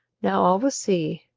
now all was sea,